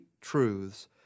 truths